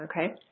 Okay